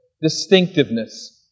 distinctiveness